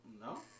No